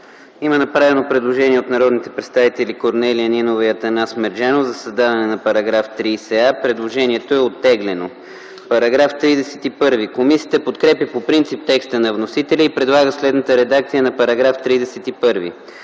Има направено предложение от народните представители Корнелия Нинова и Атанас Мерджанов за създаване на § 30а. Предложението е оттеглено. Комисията подкрепя по принцип текста на вносителя и предлага следната редакция на § 31: „§ 31.